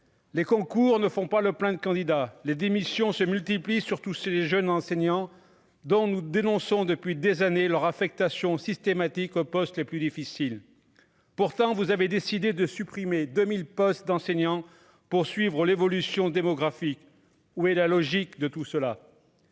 les concours ne font pas le plein de candidats, les démissions se multiplient, surtout si les jeunes enseignants dont nous dénonçons depuis des années leur affectation systématique aux postes les plus difficiles, pourtant, vous avez décidé de supprimer 2000 postes d'enseignants pour suivre l'évolution démographique, où est la logique de tout cela,